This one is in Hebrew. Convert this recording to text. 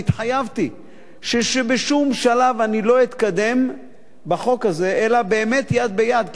והתחייבתי שבשום שלב אני לא אתקדם בחוק הזה אלא יד ביד,